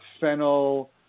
fennel